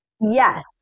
Yes